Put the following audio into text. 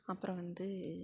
அப்புறம் வந்து